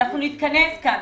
אנחנו נתכנס כאן,